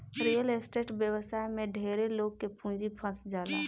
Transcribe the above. real estate व्यवसाय में ढेरे लोग के पूंजी फंस जाला